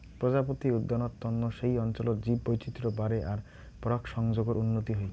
প্রজাপতি উদ্যানত তন্ন সেই অঞ্চলত জীববৈচিত্র বাড়ে আর পরাগসংযোগর উন্নতি হই